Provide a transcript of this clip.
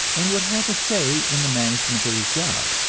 and would have a say in the management of his job.